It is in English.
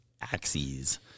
axes